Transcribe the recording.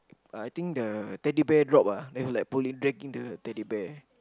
uh I think the Teddy Bear drop ah then he like pulling dragging the Teddy Bear